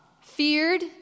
feared